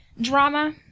drama